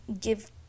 give